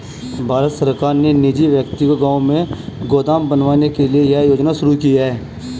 भारत सरकार ने निजी व्यक्ति को गांव में गोदाम बनवाने के लिए यह योजना शुरू की है